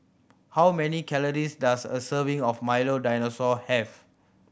how many calories does a serving of Milo Dinosaur have